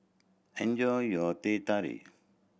enjoy your Teh Tarik